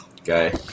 okay